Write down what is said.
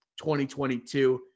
2022